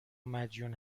مدیون